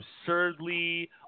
absurdly